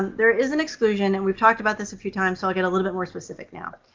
there is an exclusion, and we've talked about this a few times, so i'll get a little bit more specific now.